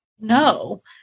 No